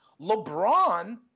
LeBron